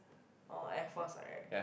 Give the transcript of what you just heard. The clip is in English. oh Air Force right